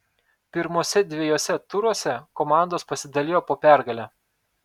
pirmuose dviejuose turuose komandos pasidalijo po pergalę